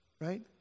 right